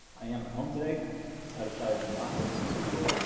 i am at home today i decided to not go into the studio